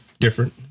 different